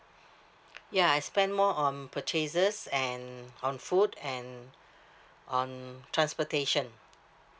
ya I spend more on purchases and on food and on transportation